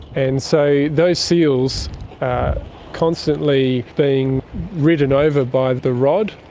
and so those seals are constantly being ridden over by the rod,